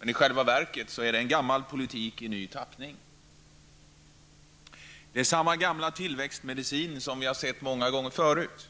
men i själva verket är det en gammal politik i ny tappning. Det är samma gamla tillväxtmedicin som vi har sett så många gånger förut.